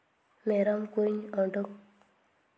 ᱢᱮᱨᱚᱢ ᱠᱚᱧ ᱩᱰᱩᱠ